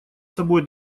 собой